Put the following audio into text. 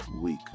week